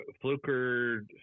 Fluker